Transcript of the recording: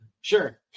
Sure